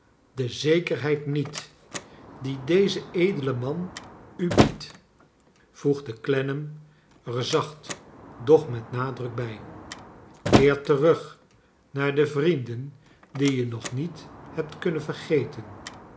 de zekerheid niet die deze edele man u biedt voegde clennam er zacht doch met nadruk bij keer terug naar de vrienden die je nog niet hebt kunnen vergeten